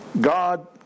God